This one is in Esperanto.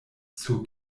sur